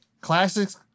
Classics